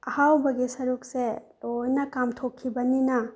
ꯑꯍꯥꯎꯕꯒꯤ ꯁꯔꯨꯛꯁꯦ ꯂꯣꯏꯅ ꯀꯥꯝꯊꯣꯛꯈꯤꯕꯅꯤꯅ